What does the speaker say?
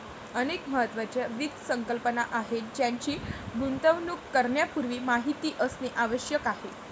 अनेक महत्त्वाच्या वित्त संकल्पना आहेत ज्यांची गुंतवणूक करण्यापूर्वी माहिती असणे आवश्यक आहे